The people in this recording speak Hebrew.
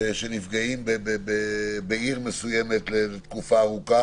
שנפגעים בעיר מסוימת לתקופה ארוכה